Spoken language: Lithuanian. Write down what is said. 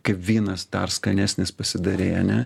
kaip vynas dar skanesnis pasidarei ane